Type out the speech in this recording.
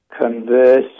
converse